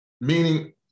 meaning